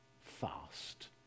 fast